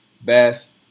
best